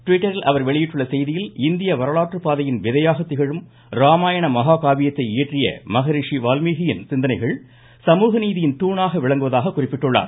ட்விட்டரில் அவர் வெளியிட்டுள்ள செய்தியில் இந்திய வரலாற்றுப் பாதையின் விதையாக திகழும் ராமாயண மகா காவியத்தை இயற்றிய மகரிஷி வால்மீகியின் சிந்தனைகள் சமூகநீதியின் தூணாக விளங்குவதாக குறிப்பிட்டுள்ளார்